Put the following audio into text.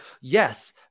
yes